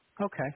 Okay